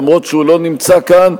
למרות שהוא לא נמצא כאן,